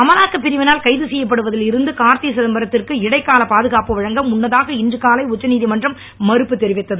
அமலாக்கப் பிரிவால் கைது செய்யப்படுவதில் இருந்து கார்த்தி சிதம்பரத்திற்கு இடைக்கால பாதுகாப்பு வழங்க முன்னதாக இன்று காலை உச்சநீதமன்றம் மறுப்பு தெரிவித்தது